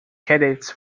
cadets